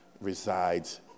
resides